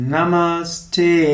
Namaste